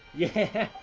yeah,